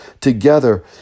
together